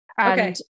Okay